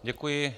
Děkuji.